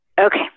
okay